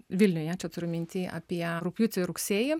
vilniuje čia turiu minty apie rugpjūtį rugsėjį